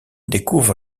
découvre